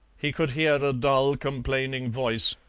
he could hear a dull, complaining voice,